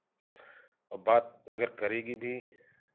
और बात अगर करेगी भी